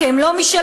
כי הם לא משלנו,